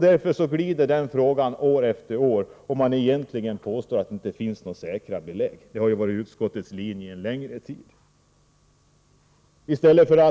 Därför skjuts frågan fram år efter år. Man påstår att det inte finns några säkra belägg för skadligheten. Det har varit utskottets linje en längre tid. I stället borde